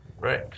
Right